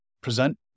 present